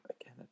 again